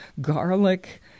garlic